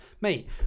Mate